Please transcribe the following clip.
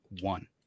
one